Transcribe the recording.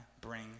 bring